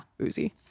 Uzi